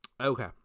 Okay